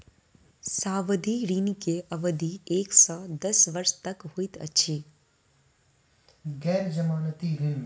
सावधि ऋण के अवधि एक से दस वर्ष तक होइत अछि